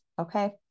okay